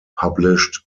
published